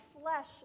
flesh